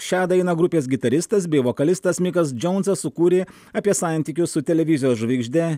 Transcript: šią dainą grupės gitaristas bei vokalistas mikas džaunsas sukūrė apie santykius su televizijos žvaigžde